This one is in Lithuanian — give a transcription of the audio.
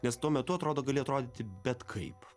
nes tuo metu atrodo gali atrodyti bet kaip